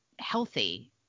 healthy